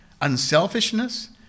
unselfishness